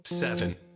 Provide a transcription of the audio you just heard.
Seven